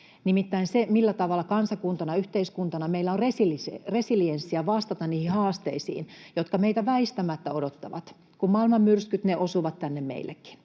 Nimittäin se, millä tavalla kansakuntana ja yhteiskuntana meillä on resilienssiä vastata niihin haasteisiin, jotka meitä väistämättä odottavat, kun maailman myrskyt osuvat tänne meillekin,